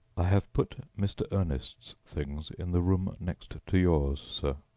i have put mr. ernest's things in the room next to yours, sir.